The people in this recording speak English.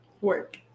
Work